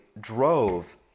drove